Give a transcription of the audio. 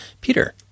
Peter